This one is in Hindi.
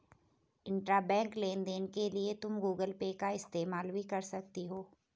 इंट्राबैंक लेन देन के लिए तुम गूगल पे का इस्तेमाल भी कर सकती हो